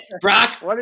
brock